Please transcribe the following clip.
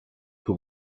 who